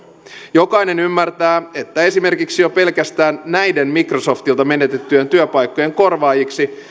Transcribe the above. jokainen ymmärtää että esimerkiksi jo pelkästään näiden microsoftilta menetettyjen työpaikkojen korvaajiksi